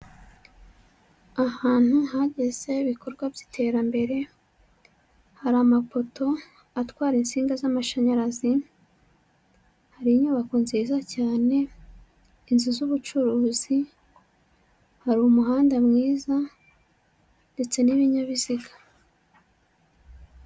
Ahantu hageze ibikorwa by'iterambere, hari amapoto atwara insinga z'amashanyarazi, hari inyubako nziza cyane, inzu z'ubucuruzi, hari umuhanda mwiza ndetse n'ibinyabiziga.